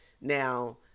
Now